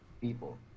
People